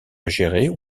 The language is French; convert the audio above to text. gérer